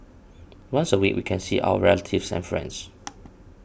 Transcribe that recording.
once a week we can see our relatives and friends